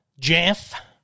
Jeff